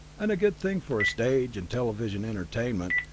and good thing for a stage and television entertainment,